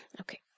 Okay